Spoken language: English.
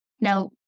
Now